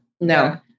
no